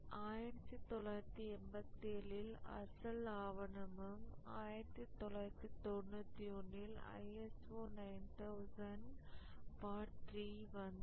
1987 ல் அசல் ஆவணமும் 1991 ல் ISO 9000 part 3 வந்தது